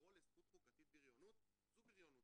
ולקרוא לזכות חוקתית בריונות, זו בריונות.